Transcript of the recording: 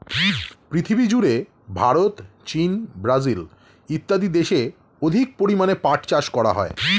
পৃথিবীজুড়ে ভারত, চীন, ব্রাজিল ইত্যাদি দেশে অধিক পরিমাণে পাট চাষ করা হয়